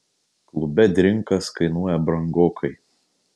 klube drinkas kainuoja brangokai